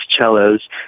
cellos